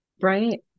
Right